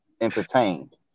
entertained